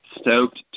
Stoked